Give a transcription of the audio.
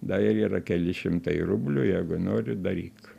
dar yra keli šimtai rublių jeigu nori daryk